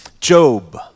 Job